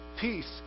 Peace